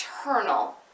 eternal